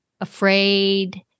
afraid